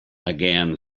again